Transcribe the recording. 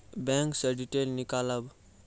Bank से detail नीकालव?